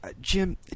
Jim